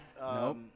Nope